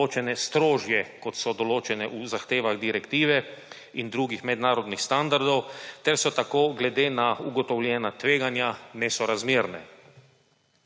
določene strožje, kot so določene v zahtevah direktive in drugih mednarodnih standardih, ter so tako glede na ugotovljena tveganja nesorazmerne.